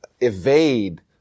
evade